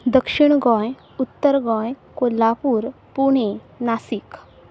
दक्षिण गोंय उत्तर गोंय कोल्हापूर पुणे नासीक